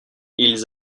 ils